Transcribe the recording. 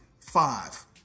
Five